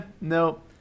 nope